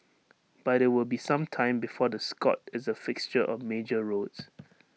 but IT will be some time before the Scot is A fixture on major roads